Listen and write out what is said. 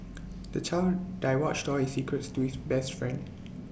the child divulged all his secrets to his best friend